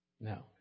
No